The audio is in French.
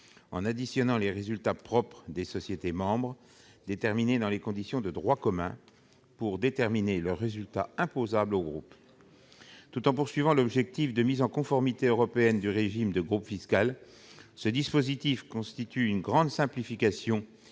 en additionnant les résultats propres des sociétés membres, déterminés dans les conditions de droit commun. Serait ainsi obtenu le résultat imposable du groupe. Tout en recherchant l'objectif de mise en conformité européenne du régime de groupe fiscal, ce dispositif constitue une grande simplification